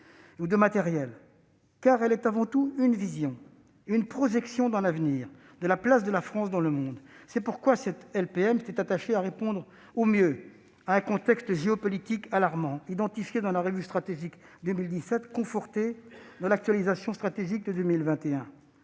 et de matériels : elle est avant tout une vision et une projection dans l'avenir de la place de la France dans le monde. C'est pourquoi cette LPM s'est attachée à répondre au mieux à un contexte géopolitique alarmant, dont la caractérisation dans la revue stratégique de 2017 a été confortée dans l'actualisation stratégique de 2021.